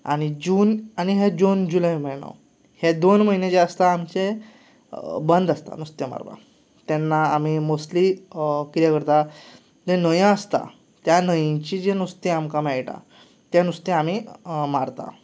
आनी जून आनी हे जून जुलय म्हयने हे दोन म्हयने जे आसतात आमचें बंद आसता नुस्तें मारपाचें तेन्ना आमी मोस्ट्ली कितें करता ती न्हंय आसता त्या न्हंयेचीं जीं नुस्तीं आमकां मेळटा तें नुस्तें आमीं मारता